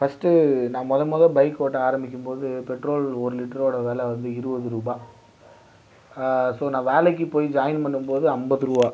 first நான் மொதல் மொதல் பைக் ஓட்ட ஆரம்பிக்கும் போது பெட்ரோல் ஒரு லிட்டரோட விலை வந்து இருபது ரூபாய் ஸோ நான் வேலைக்கு போய் ஜாயின் பண்ணும் போது ஐம்பது ரூபாய்